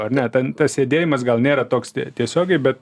ar ne ten tas sėdėjimas gal nėra toks tiesiogiai bet